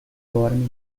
dorme